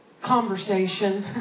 Conversation